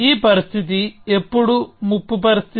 ఈ పరిస్థితి ఎప్పుడు ముప్పు పరిస్థితి